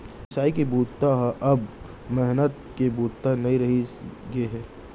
मिसाई के बूता ह अब मेहनत के बूता नइ रहि गे हे